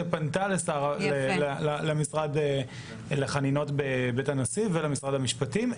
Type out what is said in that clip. שפנתה למשרד לחנינות בבית הנשיא ולמשרד המשפטים.